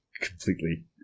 completely